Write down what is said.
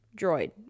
droid